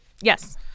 Yes